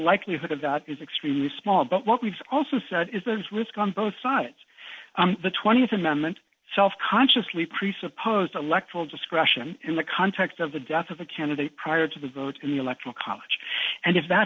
likelihood of that is extremely small but what we've also said is there's risk on both sides the th amendment self consciously presupposed electoral discretion in the context of the death of a candidate prior to the vote in the electoral college and if that